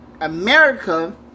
America